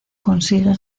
consigue